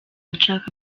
nshaka